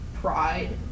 pride